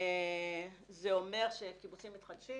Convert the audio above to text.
זה אומר שקיבוצים מתחדשים,